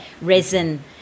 resin